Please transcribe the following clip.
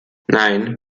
nein